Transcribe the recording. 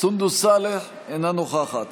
סונדוס סאלח, אינה נוכחת